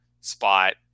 spot